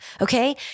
Okay